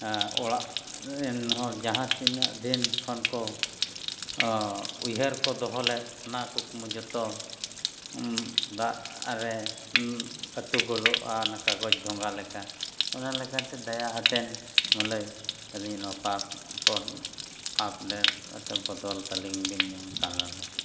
ᱚᱲᱟᱜ ᱨᱮᱱ ᱦᱚᱲ ᱡᱟᱦᱟᱸ ᱛᱤᱱᱟᱹᱜ ᱫᱤᱱ ᱠᱷᱚᱱ ᱠᱚ ᱩᱭᱦᱟᱹᱨ ᱠᱚ ᱫᱚᱦᱚ ᱞᱮᱫ ᱚᱱᱟ ᱠᱩᱠᱢᱩ ᱡᱚᱛᱚ ᱫᱟᱜ ᱨᱮ ᱟᱹᱛᱩ ᱜᱚᱫᱚᱜᱼᱟ ᱚᱱᱟ ᱠᱟᱜᱚᱡᱽ ᱰᱷᱚᱸᱜᱟ ᱞᱮᱠᱟ ᱚᱱᱟ ᱞᱮᱠᱟᱛᱮ ᱫᱟᱭᱟ ᱠᱟᱛᱮᱫ ᱟᱹᱞᱤᱧᱟᱜ ᱱᱚᱣᱟ ᱯᱟᱥ ᱟᱯᱰᱮᱴ ᱠᱟᱛᱮᱫ ᱵᱚᱫᱚᱞ ᱛᱟᱹᱞᱤᱧ ᱵᱮᱱ ᱡᱮᱢᱚᱱ ᱠᱟᱱᱟᱰᱟ